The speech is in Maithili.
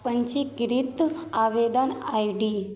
पञ्जीकृत आवेदन आइ डी